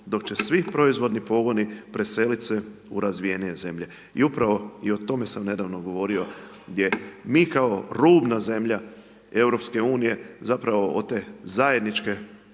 dok će svi proizvodni pogoni preselit se u razvijenije zemlje i upravo i o tome dam nedavno govorio gdje mi kao rubna zemlja EU-a zapravo od tog zajedničkog